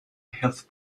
health